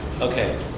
Okay